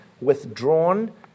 withdrawn